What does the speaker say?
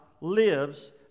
lives